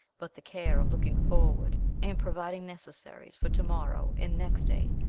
but the care of looking forward and providing necessaries for to-morrow and next day,